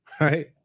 right